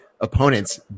opponent's